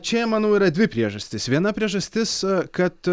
čia manau yra dvi priežastys viena priežastis kad